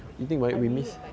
I really need night study